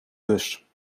bus